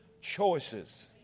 choices